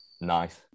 Nice